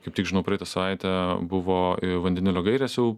kaip tik žinau praeitą savaitę buvo vandenilio gairės jau